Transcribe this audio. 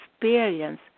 experience